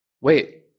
wait